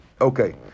Okay